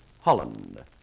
Holland